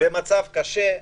במצב קשה מאוד.